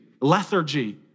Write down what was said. lethargy